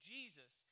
Jesus